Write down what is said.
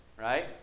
Right